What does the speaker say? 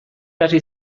hasi